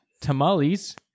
Tamales